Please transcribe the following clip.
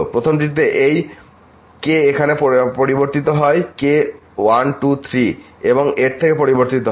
প্রথমটিতে এই k এখানে পরিবর্তিত হয় k 1 2 3 এবং এর থেকে পরিবর্তিত হয়